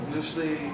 usually